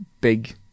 big